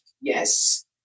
Yes